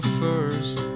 first